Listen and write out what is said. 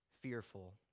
fearful